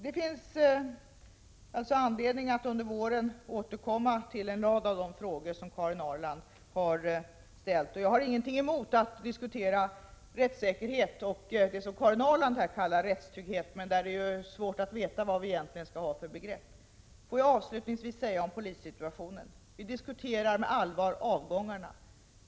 Det finns således anledning att under våren återkomma till en rad av de frågor som Karin Ahrland har ställt. Jag har inget emot att diskutera rättssäkerhet och det som Karin Ahrland kallar rättstrygghet — men som jag tycker att det är svårt att hitta ett bra ord för. Får jag avslutningsvis säga några ord om polissituationen. Vi diskuterar med allvar avgångarna.